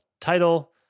title